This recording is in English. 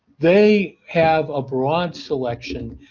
they have a broad selection.